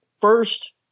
first